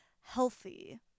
healthy